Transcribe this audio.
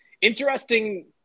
Interesting